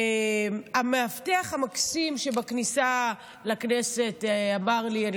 המאבטח המקסים שבכניסה לכנסת אמר לי: אני